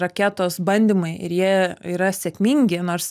raketos bandymai ir jie yra sėkmingi nors